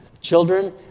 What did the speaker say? Children